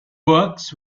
works